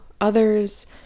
others